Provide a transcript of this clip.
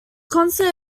concert